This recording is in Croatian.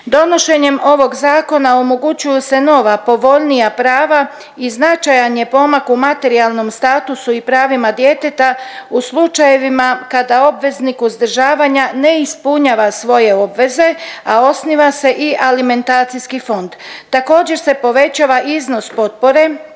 Donošenjem ovog zakona omogućuju se nova, povoljnija prava i značajan je pomak u materijalnom statusu i pravima djeteta u slučajevima kada obveznik uzdržavanja ne ispunjava svoje obveze, a osniva se i alimentacijski fond. Također se povećava iznos potpore